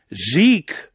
Zeke